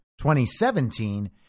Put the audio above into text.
2017